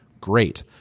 great